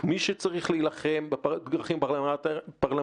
מי שצריך להילחם, בדרכים פרלמנטריות,